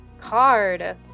card